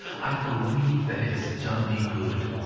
i believe that it has done me good,